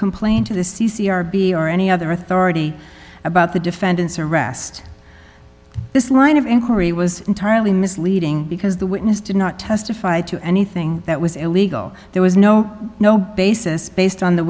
complain to the c c r b or any other authority about the defendant's arrest this line of inquiry was entirely misleading because the witness did not testify to anything that was illegal there was no no basis based on the